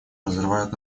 разрывает